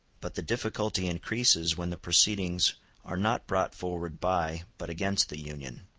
but the difficulty increases when the proceedings are not brought forward by but against the union.